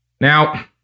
Now